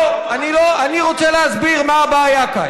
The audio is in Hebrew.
לא, אני רוצה להסביר מה הבעיה כאן.